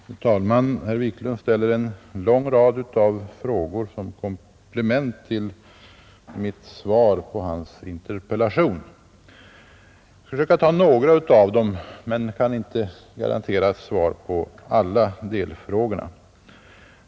Fru talman! Herr Wiklund i Stockholm ställde här en lång rad frågor som komplement till mitt svar på hans interpellation. Jag skall försöka besvara några av dem men kan inte garantera svar på alla delfrågorna.